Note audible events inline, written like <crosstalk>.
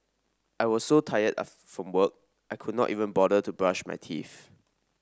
I was so tired <unintelligible> from work I could not even bother to brush my teeth